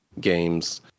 games